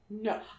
No